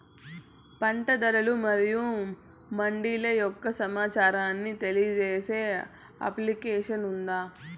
పంట ధరలు మరియు మండీల యొక్క సమాచారాన్ని తెలియజేసే అప్లికేషన్ ఉందా?